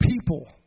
people